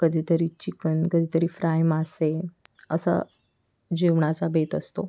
कधीतरी चिकन कधीतरी फ्राय मासे असा जेवणाचा बेत असतो